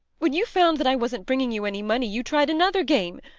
when you found that i wasn't bringing you any money, you tried another game.